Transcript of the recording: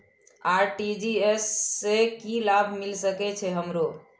RTGS से की लाभ मिल सके छे हमरो?